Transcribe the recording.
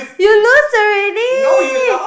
you lose already